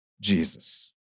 Jesus